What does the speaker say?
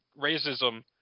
racism